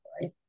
right